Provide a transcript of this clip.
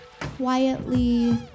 quietly